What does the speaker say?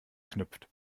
knüpft